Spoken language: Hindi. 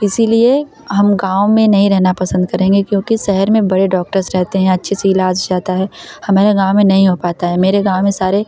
इसलिए हम गाँव में नहीं रहना पसंद करेंगे क्योंकि शहर में बड़े डॉक्टर्स रहते हैं अच्छे से इलाज़ रहता है हमारे गाँव में नहीं हो पाता है मेरे गाँव में सारे